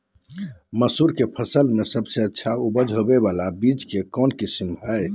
मसूर के फसल में सबसे अच्छा उपज होबे बाला बीज के कौन किस्म हय?